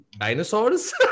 dinosaurs